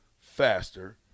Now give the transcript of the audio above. faster